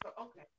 Okay